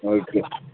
okay